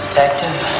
Detective